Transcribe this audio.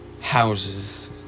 Houses